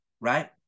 right